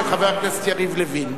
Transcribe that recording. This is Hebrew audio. של חבר הכנסת יריב לוין.